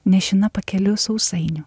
nešina pakelių sausainių